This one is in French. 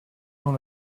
dans